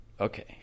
Okay